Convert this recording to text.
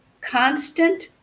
constant